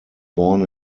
born